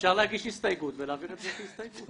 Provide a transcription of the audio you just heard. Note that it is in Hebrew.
אפשר להגיש הסתייגות ולהעביר את זה כהסתייגות...